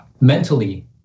Mentally